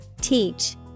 Teach